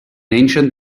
ancient